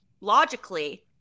logically